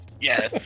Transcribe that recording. Yes